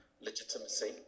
legitimacy